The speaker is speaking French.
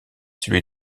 celui